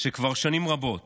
שכבר שנים רבות